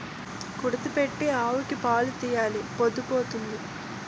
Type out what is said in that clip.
కుడితి ఎట్టు ఆవుకి పాలు తీయెలా పొద్దు పోతంది